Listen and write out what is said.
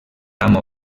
amo